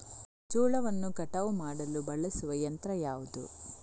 ಜೋಳವನ್ನು ಕಟಾವು ಮಾಡಲು ಬಳಸುವ ಯಂತ್ರ ಯಾವುದು?